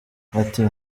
ati